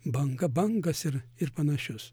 banga bangas ir ir panašius